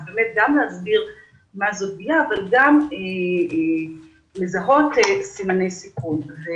אז גם להסביר מה זאת פגיעה אבל גם לזהות סימני מצוקה.